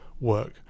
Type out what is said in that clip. work